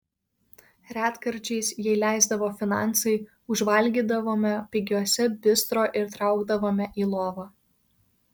retkarčiais jei leisdavo finansai užvalgydavome pigiuose bistro ir traukdavome į lovą